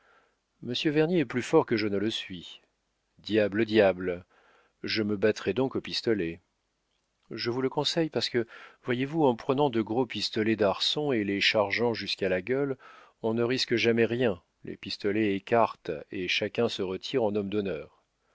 monsieur vernier est plus fort que je ne le suis diable diable je me battrai donc au pistolet je vous le conseille parce que voyez-vous en prenant de gros pistolets d'arçon et les chargeant jusqu'à la gueule on ne risque jamais rien les pistolets écartent et chacun se retire en homme d'honneur